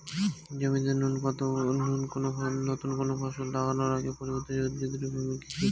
জমিতে নুতন কোনো ফসল লাগানোর আগে পূর্ববর্তী উদ্ভিদ এর ভূমিকা কি?